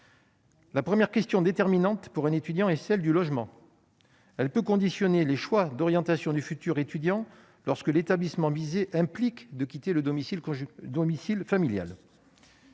La première question déterminante est celle du logement. Elle peut conditionner les choix d'orientation du futur étudiant lorsque l'établissement visé implique de quitter le domicile familial.